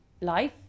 life